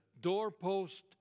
doorpost